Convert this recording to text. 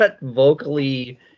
vocally